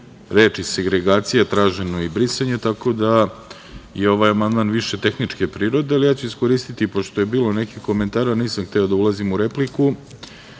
reči: „segragacija“, traženo je i brisanje, tako da je ovaj amandman više tehničke prirode, ali ja ću iskoristiti, pošto je bilo nekih komentara, nisam hteo da ulazim u repliku,